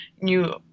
new